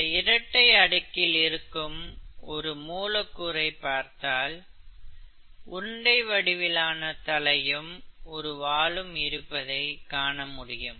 இந்த இரட்டை அடுக்கில் இருக்கும் ஒரு மூலக்கூறை பார்த்தால் உருண்டை வடிவிலான தலையும் ஒரு வாலும் இருப்பதை காணமுடியும்